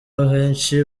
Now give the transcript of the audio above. abenshi